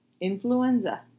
Influenza